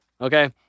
Okay